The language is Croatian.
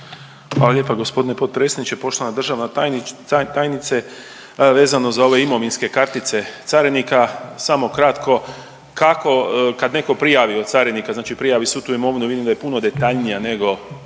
Hvala lijepa g. potpredsjedniče. Poštovana državna tajnice, vezano za ove imovinske kartice carinika samo kratko, kako kad neko prijavi od carinika, znači prijavi svu tu imovinu, vidim da je puno detaljnija nego,